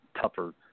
tougher